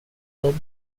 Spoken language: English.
killed